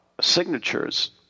signatures